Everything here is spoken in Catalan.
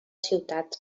ciutat